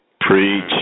Preach